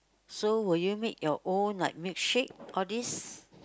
so will you make your own like milkshake all this